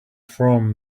from